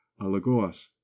alagoas